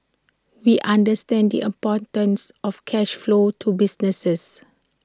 we understand the importance of cash flow to businesses